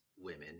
women